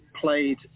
played